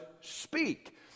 speak